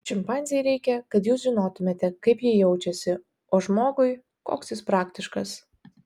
šimpanzei reikia kad jūs žinotumėte kaip ji jaučiasi o žmogui koks jis praktiškas